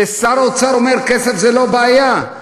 כששר האוצר אומר: כסף זה לא בעיה,